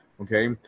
okay